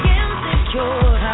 insecure